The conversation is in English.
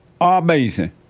Amazing